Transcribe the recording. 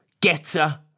Getter